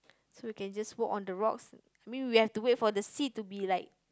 so we can just walk on the rocks I mean we have to wait for the sea to be like